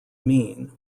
mean